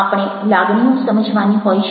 આપણે લાગણીઓ સમજવાની હોય છે